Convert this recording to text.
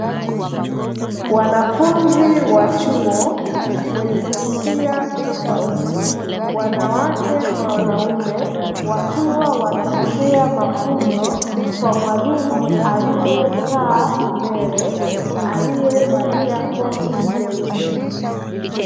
Wanafunzi wa chuo, wenye jinsi tofauti wanawake kwa wanaume, wakiwa wanapokea mafunzo kwa mwalimu aliye kaa mbele aliye valia koti jeusi.